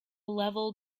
level